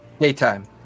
Daytime